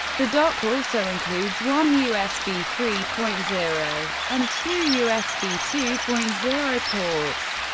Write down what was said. the dock also includes one usb three point zero and two usb two point zero ports.